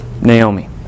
Naomi